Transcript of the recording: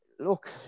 Look